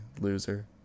loser